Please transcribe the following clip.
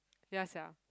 ya sia